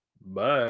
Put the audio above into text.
bye